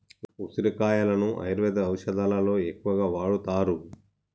ఉసిరికాయలను ఆయుర్వేద ఔషదాలలో ఎక్కువగా వాడుతారు